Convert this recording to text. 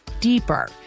deeper